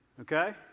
Okay